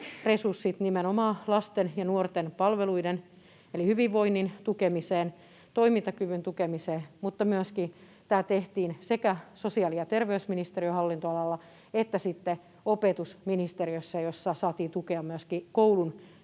resurssit nimenomaan lasten ja nuorten palveluihin eli hyvinvoinnin tukemiseen, toimintakyvyn tukemiseen, mutta tämä tehtiin sekä sosiaali- ja terveysministeriön hallinnonalalla että sitten opetusministeriössä, jotta saatiin tukea myöskin